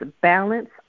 balance